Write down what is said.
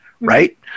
right